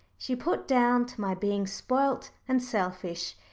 she put down to my being spoilt and selfish.